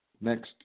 Next